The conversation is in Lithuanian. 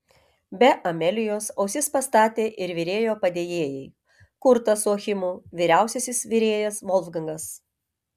be amelijos ausis pastatė ir virėjo padėjėjai kurtas su achimu vyriausiasis virėjas volfgangas